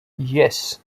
yes